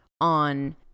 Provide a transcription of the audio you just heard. on